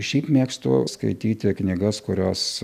šiaip mėgstu skaityti knygas kurios